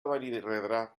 benirredrà